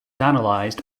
analyzed